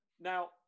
Now